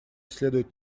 следует